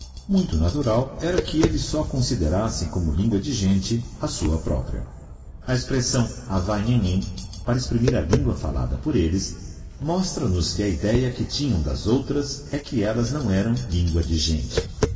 muito natural era que elles só considerassem como lingua de gente a sua própria a expressão ava nhenhen para exprimir a lingua fallada por elles mostram nos que a idéa que tinham das outivas é que ellas não eram lingua de gente